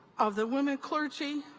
of the women clergy